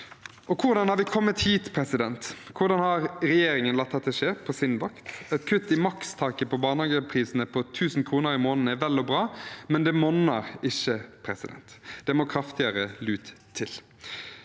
Hvordan har vi kommet hit? Hvordan har regjeringen latt dette skje på sin vakt? Et kutt i makstaket på barnehageprisene på 1 000 kr i måneden er vel og bra, men det monner ikke. Det må kraftigere lut til.